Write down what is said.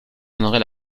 donnerai